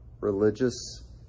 religious